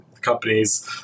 companies